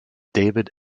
david